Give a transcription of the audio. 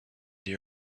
they